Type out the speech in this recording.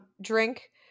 Drink